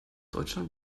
deutschland